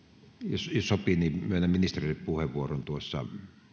jos sopii niin myönnän ministerille puheenvuoron